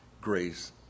grace